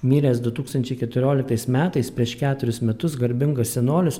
miręs du tūkstančiai keturioliktais metais prieš keturis metus garbingas senolis